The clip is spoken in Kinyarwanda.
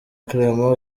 clement